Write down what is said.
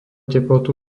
teplotu